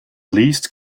least